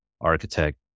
architect